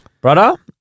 Brother